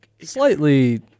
Slightly